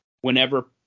whenever